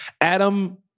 Adam